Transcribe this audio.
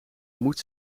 moet